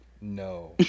No